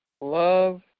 love